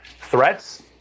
threats